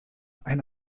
ein